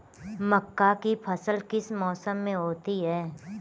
मक्का की फसल किस मौसम में होती है?